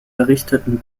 errichteten